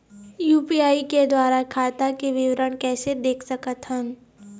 UPI के द्वारा खाता के विवरण कैसे देख सकत हन?